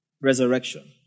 resurrection